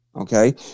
Okay